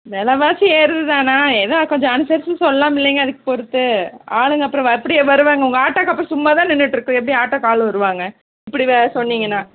வெலைவாசி ஏறுதுதாண்ணா ஏதா கொஞ்சம் அனுசரிச்சு சொல்லுலாம் இல்லைங்க அதுக்கு பொறுத்து ஆளுங்க அப்புறம் வ எப்படி வருவாங்க உங்கள் ஆட்டோ அப்போ சும்மாதான் நின்னுட்டிருக்கும் எப்படி ஆட்டோக்கு ஆள் வருவாங்க இப்படி வெ சொன்னிங்கன்னால்